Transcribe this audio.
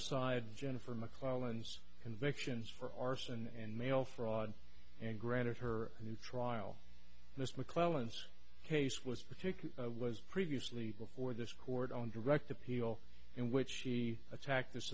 aside jennifer mcclellan's convictions for arson and mail fraud and granted her a new trial this mcclelland's case was particular was previously before this court on direct appeal in which she attacked